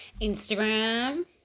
instagram